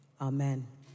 Amen